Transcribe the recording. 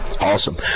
Awesome